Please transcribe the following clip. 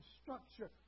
structure